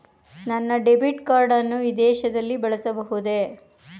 ನನ್ನ debit card ಅನ್ನು ವಿದೇಶದಲ್ಲಿ ಬಳಸಬಹುದೇ?